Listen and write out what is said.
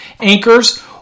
anchors